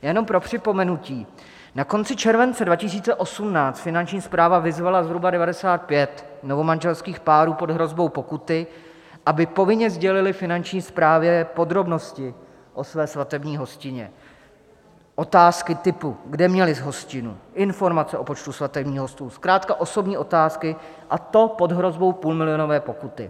Jenom pro připomenutí: Na konci července 2018 Finanční správa vyzvala zhruba 95 novomanželských párů pod hrozbou pokuty, aby povinně sdělily Finanční správě podrobnosti o své svatební hostině otázky typu kde měli hostinu, informace o počtu svatebních hostů, zkrátka osobní otázky, a to pod hrozbou půlmilionové pokuty.